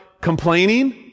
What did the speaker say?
complaining